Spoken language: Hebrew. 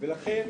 לכן,